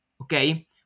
okay